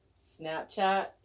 Snapchat